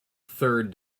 third